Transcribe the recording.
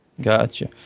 Gotcha